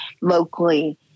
locally